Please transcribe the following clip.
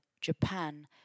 Japan